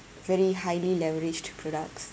very highly leveraged products